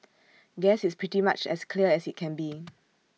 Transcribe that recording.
guess it's pretty much as clear as IT can be